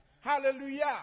Hallelujah